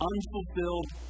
Unfulfilled